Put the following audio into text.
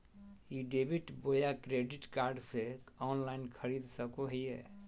ई debit बोया credit card से online खरीद सको हिए?